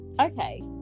okay